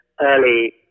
early